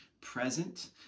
present